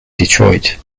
detroit